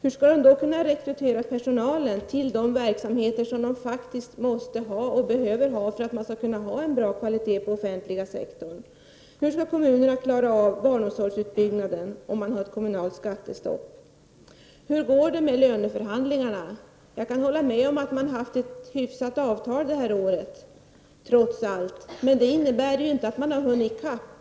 Hur skall de då kunna rekrytera personal till de verksamheter som de faktiskt måste ha och behöver ha för att få en bra kvalitet på den offentliga sektorn? Hur skall kommunerna klara av barnomsorgsutbyggnaden om det finns ett kommunalt skattestopp? Hur går det med löneförhandlingarna? Jag kan hålla med om att man trots allt har haft ett hyfsat avtal det här året. Det innebär emellertid inte att man har hunnit ikapp.